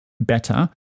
better